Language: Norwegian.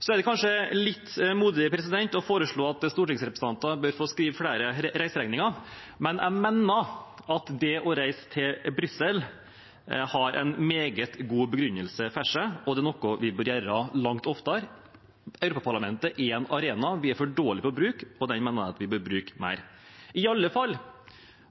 Så er det kanskje litt modig å foreslå at stortingsrepresentantene bør få skrive flere reiseregninger, men jeg mener at det å reise til Brussel har en meget god begrunnelse i seg, og det er noe vi bør gjør langt oftere. Europaparlamentet er en arena vi er for dårlige til å bruke. Den mener jeg vi bør bruke mer, i alle fall